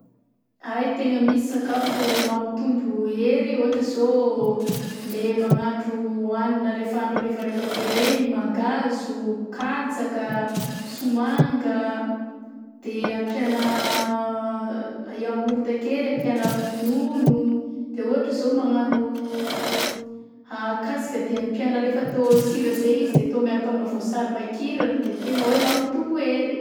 Ay tegna misy sakafo mampitombo hery ôhatra zao le magnandro hanina rehefa andro arivariva be regny mangahazo, katsaka, somanga de ampiagna yaourt kely; ampiagna ronono, de ôhatra zao magnano a kasika de ampiagna rehefa atao sira zey izy de atao miaraka amy vaosary makirana de tegna hoe mampitombo hery.